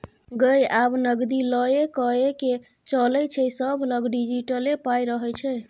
गै आब नगदी लए कए के चलै छै सभलग डिजिटले पाइ रहय छै